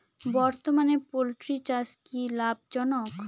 বর্তমানে পোলট্রি চাষ কি লাভজনক?